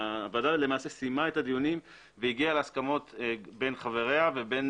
הוועדה למעשה סיימה את הדיונים והגיעה להסכמות בין חבריה ובין